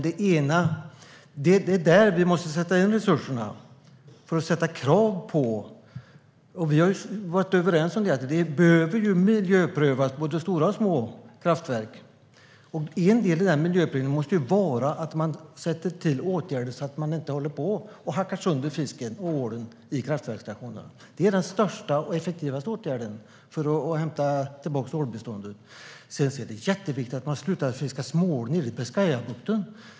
Det är där vi måste sätta in resurserna och ställa krav. Vi har varit överens om det att det bör vara en miljöprövning när det gäller både stora och små kraftverk. En del i den miljöprövningen måste handla om att man vidtar åtgärder så att inte fisken och ålen hackas sönder i kraftverksstationerna. Det är den största och effektivaste åtgärden för att återfå ålbeståndet. Sedan är det jätteviktigt att man slutar fiska småål nere i Biscayabukten.